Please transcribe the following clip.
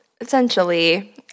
essentially –